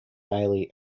daily